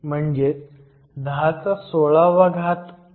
म्हणजेच 1016 - 1015